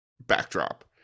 backdrop